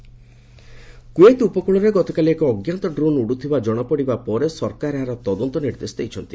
Kuwait drone Kuwait ଉପକୂଳରେ ଗତକାଲି ଏକ ଅଜ୍ଞାତ ଡ୍ରୋନ୍ ଉଡୁଥିବା ଜଣାପଡ଼ିବା ପରେ ସରକାର ଏହର ତଦନ୍ତ ନିର୍ଦ୍ଦେଶ ଦେଇଛନ୍ତି